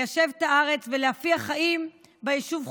ליישב את הארץ ולהפיח חיים ביישוב חומש.